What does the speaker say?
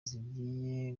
zigiye